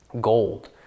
gold